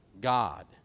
God